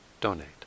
donate